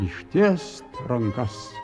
ištiest rankas